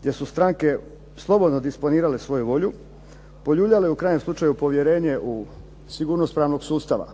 gdje su stranke slobodno disponirale svoju volju poljuljale u krajnjem slučaju u sigurnost pravnog sustava,